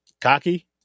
cocky